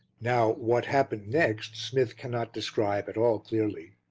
now, what happened next smith cannot describe at all clearly.